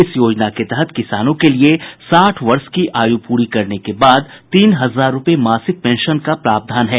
इस योजना के तहत किसानों के लिए साठ वर्ष की आयु पूरी करने के बाद तीन हजार रूपये मासिक पेंशन का प्रावधान है